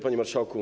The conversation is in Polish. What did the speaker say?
Panie Marszałku!